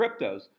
cryptos